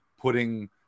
putting